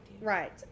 right